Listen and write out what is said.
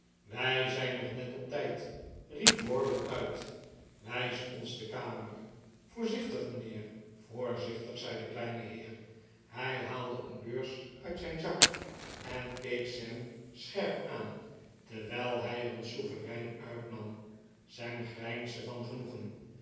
wij zijn nog net op tijd riep wardle uit wijs ons de kamer voorzichtig mijnheer voorzichtig zei de kleine heer hij haalde een beurs uit zijn zak en keek sam scherp aan terwijl hij er een sovereign uit nam sam grijnsde van genoegen